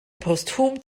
posthum